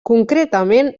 concretament